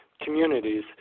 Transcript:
communities